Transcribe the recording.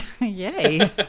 Yay